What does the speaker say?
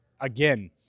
again